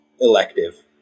elective